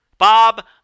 Bob